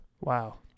Wow